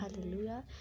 Hallelujah